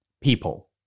people